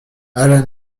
alan